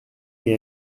mais